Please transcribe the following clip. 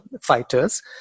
fighters